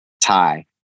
tie